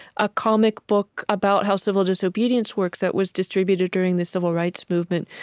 a comic book about how civil disobedience works out was distributed during the civil rights movement,